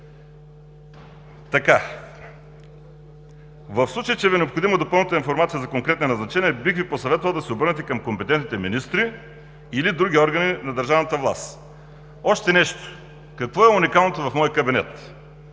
В случай че Ви е необходима допълнителна информация за конкретни назначения, бих Ви посъветвал да се обърнете към компетентните министри или други органи на държавната власт. Още нещо – какво е уникалното в моя кабинет?